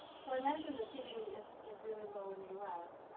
so i mentioned that tb is is really low in the us.